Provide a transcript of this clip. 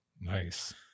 Nice